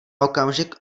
okamžik